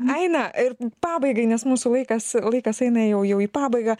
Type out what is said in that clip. aina ir pabaigai nes mūsų laikas laikas eina jau jau į pabaigą